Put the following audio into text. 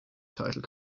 title